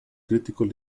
críticos